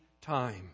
time